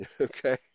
Okay